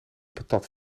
patat